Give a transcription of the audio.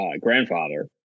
grandfather